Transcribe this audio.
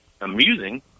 amusing